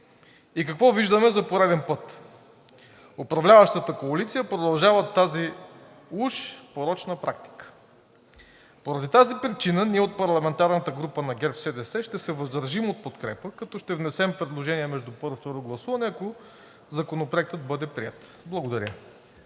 и какво виждаме за пореден път – управляващата коалиция продължава тази уж порочна практика. Поради тази причина ние от парламентарната група на ГЕРБ-СДС ще се въздържим от подкрепа, като ще внесем предложение между първо и второ гласуване, ако Законопроектът бъде приет. Благодаря.